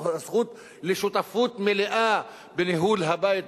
הזכות לשותפות מלאה בניהול הבית,